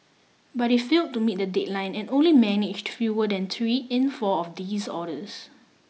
but it failed to meet the deadline and only managed fewer than three in four of these orders